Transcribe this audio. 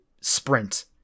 sprint